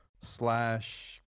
slash